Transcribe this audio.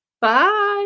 bye